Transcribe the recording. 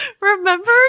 Remember